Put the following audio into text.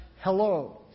hello